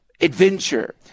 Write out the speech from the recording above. adventure